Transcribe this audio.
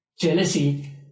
Jealousy